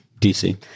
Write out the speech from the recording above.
DC